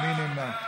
מי נמנע?